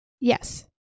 Yes